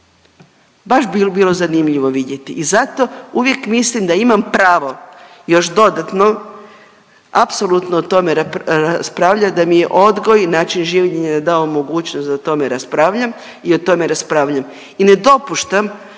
Baš bi bilo zanimljivo vidjeti i zato, uvijek mislim da imam pravo još dodatno apsolutno o tome raspravljati, da mi je odgoj i način življenja dao mogućnost da o tome raspravljam i o tome raspravljam. I ne dopuštam